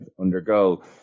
undergo